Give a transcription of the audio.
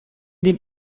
dem